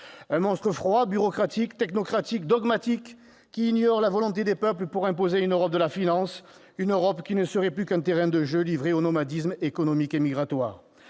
Un monstre froid, bureaucratique, technocratique, dogmatique qui ignore la volonté des peuples pour imposer une Europe de la finance, une Europe qui ne serait plus qu'un terrain de jeu pour le nomadisme économique et migratoire.